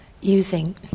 using